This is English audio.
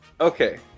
Okay